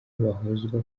bahozwa